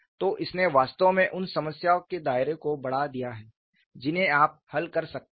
तो इसने वास्तव में उन समस्याओं के दायरे को बढ़ा दिया है जिन्हें आप हल कर सकते हैं